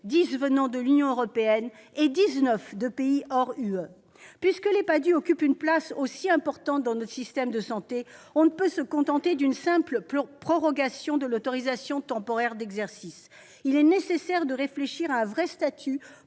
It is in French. pas à l'Union européenne. Puisque les PADHUE occupent une place aussi importante dans notre système de santé, on ne peut se contenter d'une simple prorogation de l'autorisation temporaire d'exercice. Il est nécessaire de réfléchir à un vrai statut